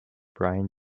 brian